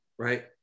Right